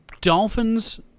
Dolphins